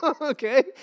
Okay